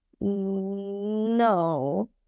no